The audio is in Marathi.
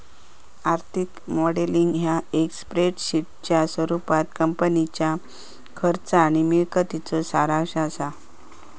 आर्थिक मॉडेलिंग ह्या एक स्प्रेडशीटच्या स्वरूपात कंपनीच्या खर्च आणि मिळकतीचो सारांश असा